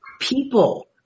People